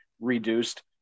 reduced